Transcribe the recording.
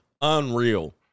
Unreal